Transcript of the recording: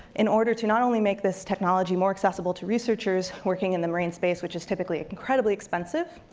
in order to not only make this technology more accessible to researchers working in the marine space, which is typically incredibly expensive,